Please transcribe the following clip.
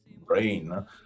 brain